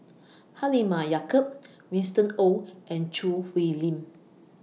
Halimah Yacob Winston Oh and Choo Hwee Lim